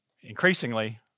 increasingly